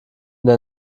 der